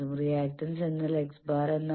reactance എന്നാൽ x̄ എന്നാണ്